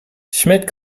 schmidt